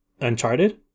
Uncharted